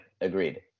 agreed